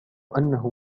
أنه